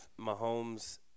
Mahomes